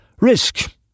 Risk